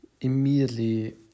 immediately